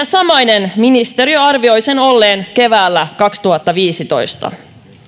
samainen ministeriö arvioi sen olleen keväällä kaksituhattaviisitoista